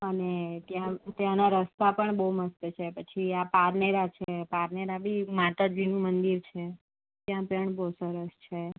અને ત્યાં ત્યાંનાં રસ્તા પણ બહું મસ્ત છે પછી આ પારનેરા છે પારનેરા બી માતાજીનું મંદિર છે ત્યાં પણ બહું સરસ છે